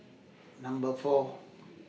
Number four